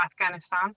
Afghanistan